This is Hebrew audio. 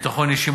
בביטחון אישי,